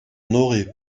n’aurait